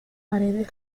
paredes